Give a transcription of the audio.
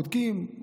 בודקים,